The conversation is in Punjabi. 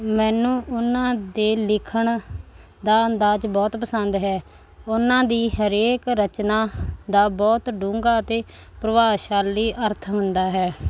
ਮੈਨੂੰ ਉਹਨਾਂ ਦੇ ਲਿਖਣ ਦਾ ਅੰਦਾਜ਼ ਬਹੁਤ ਪਸੰਦ ਹੈ ਉਹਨਾਂ ਦੀ ਹਰੇਕ ਰਚਨਾ ਦਾ ਬਹੁਤ ਡੂੰਘਾ ਅਤੇ ਪ੍ਰਭਾਵਸ਼ਾਲੀ ਅਰਥ ਹੁੰਦਾ ਹੈ